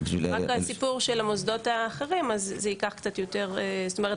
רק הסיפור של המוסדות האחרים ייקח קצת יותר זמן.